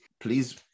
Please